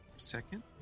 second